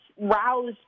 roused